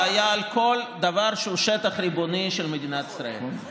זה היה על כל דבר שהוא שטח ריבוני של מדינת ישראל.